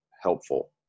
helpful